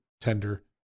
tender